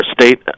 state